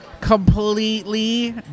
Completely